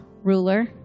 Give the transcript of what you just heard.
ruler